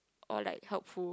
all like helpful